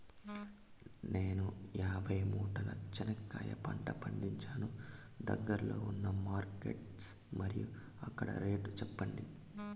నేను యాభై మూటల చెనక్కాయ పంట పండించాను దగ్గర్లో ఉన్న మార్కెట్స్ మరియు అక్కడ రేట్లు చెప్పండి?